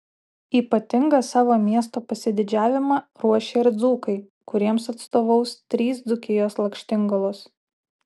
ypatingą savo miesto pasididžiavimą ruošia ir dzūkai kuriems atstovaus trys dzūkijos lakštingalos